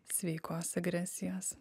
sveikos agresijos